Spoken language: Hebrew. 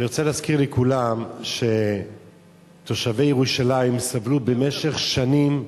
אני רוצה להזכיר לכולם שתושבי ירושלים סבלו במשך שנים,